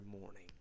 morning